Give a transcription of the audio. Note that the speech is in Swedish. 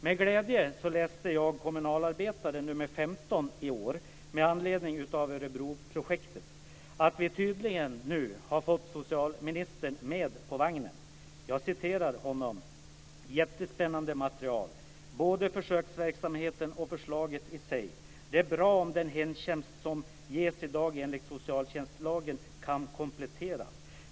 Med glädje läste jag i Kommunalarbetaren nr 15 i år med anledning av Örebroprojektet att vi nu tydligen har fått socialministern med på vagnen. Det är ett jättespännande material - både försöksverksamheten och förslaget i sig. Det är bra om den hemtjänst som ges i dag enligt socialtjänstlagen kan kompletteras.